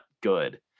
good